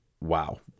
wow